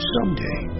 Someday